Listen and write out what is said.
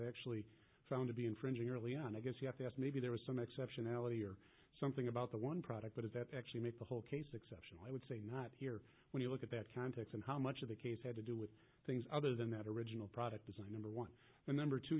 actually found to be infringing early on i guess you have to ask maybe there was some exceptionality or something about the one product but if that actually make the whole case exception i would say not here when you look at that context and how much of the case had to do with things other than that original product design number one and number two